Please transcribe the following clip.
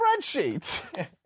spreadsheet